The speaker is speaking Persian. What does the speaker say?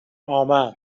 آمد